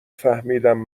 فهمیدم